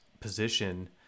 position